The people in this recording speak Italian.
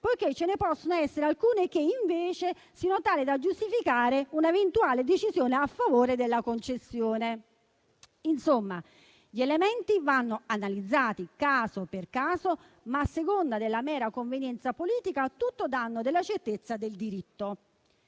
poiché ce ne potrebbero essere alcune che, invece, siano tali da giustificare un'eventuale decisione a favore della concessione dell'autorizzazione. Insomma, gli elementi vanno analizzati caso per caso, ma a seconda della mera convenienza politica, a tutto danno della certezza del diritto.